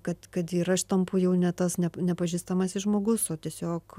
kad kad ir aš tampu jau ne tas ne nepažįstamas žmogus o tiesiog